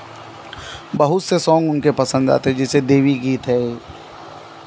बहुत से सोंग उनके पसन्द आते जैसे देवी गीत है